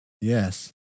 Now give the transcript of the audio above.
yes